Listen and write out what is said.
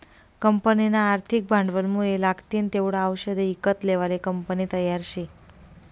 कंपनीना आर्थिक भांडवलमुये लागतीन तेवढा आवषदे ईकत लेवाले कंपनी तयार शे